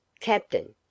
Captain